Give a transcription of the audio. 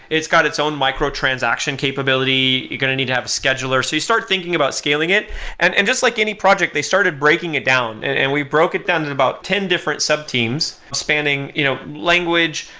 it's got its own micro-transaction capability, you're going to need to have scheduler. so you start thinking about scaling it and and just like any project, they started breaking it down. and and we broke it down to and about ten different sub teams, spanning you know language,